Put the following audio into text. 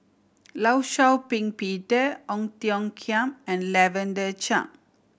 Law Shau Ping Peter Ong Tiong Khiam and Lavender Chang